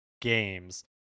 games